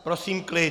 Prosím klid.